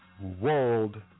world